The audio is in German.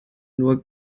nur